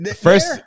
First